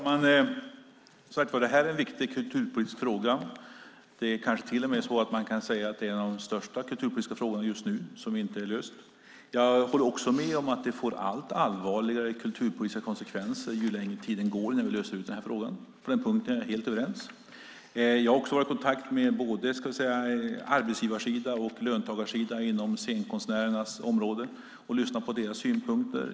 Fru talman! Det här en viktig kulturpolitisk fråga. Man kanske till och med kan säga att det just nu är en av de största kulturpolitiska frågor som inte är löst. Jag håller med om att det får allt allvarligare kulturpolitiska konsekvenser ju längre tiden går innan vi löser frågan. På den punkten är jag helt överens med Siv Holma. Jag har varit i kontakt med både arbetsgivarsidan och löntagarsidan på scenkonstnärernas område och lyssnat på deras synpunkter.